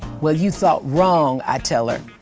well, you thought wrong, i tell her.